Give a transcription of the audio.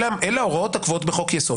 אלה ההוראות הקבועות בחוק יסוד.